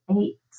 eight